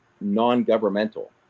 non-governmental